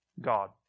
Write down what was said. God